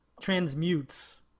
transmutes